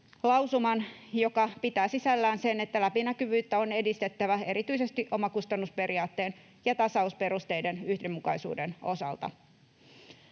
lausuman, joka pitää sisällään sen, että läpinäkyvyyttä on edistettävä erityisesti omakustannusperiaatteen ja tasausperusteiden yhdenmukaisuuden osalta.